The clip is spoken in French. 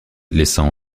laissant